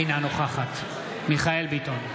אינה נוכחת מיכאל מרדכי ביטון,